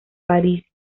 parís